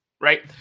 Right